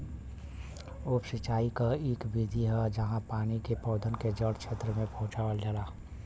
उप सिंचाई क इक विधि है जहाँ पानी के पौधन के जड़ क्षेत्र में पहुंचावल जाला